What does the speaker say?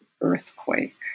earthquake